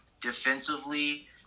Defensively